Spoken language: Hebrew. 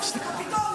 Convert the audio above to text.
זה קפיטול.